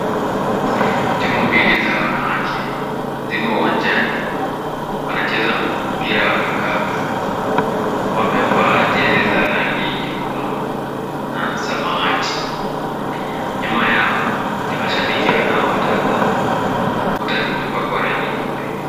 Timu mbili za wanawake zimo uwanjani. Wanacheza mpira wa vikapu. Wamevaa jezi za rangi nyekundu na samawati. Nyuma yao ni mashabiki wanaowatazama. Kuta zimepakwa rangi nyeupe.